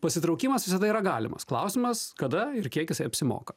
pasitraukimas visada yra galimas klausimas kada ir kiek jisai apsimoka